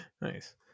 Nice